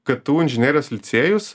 ktu inžinerijos licėjus